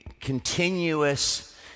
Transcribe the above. continuous